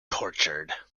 tortured